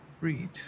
read